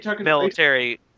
military